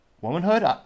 womanhood